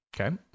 Okay